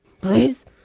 Please